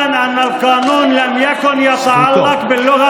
( והחל לצעוק כיצד אני,